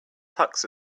tux